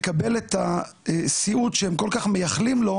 לקבל את הסיעוד שהם כל כך מייחלים לו,